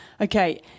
Okay